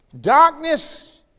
Darkness